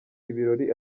ibirori